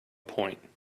point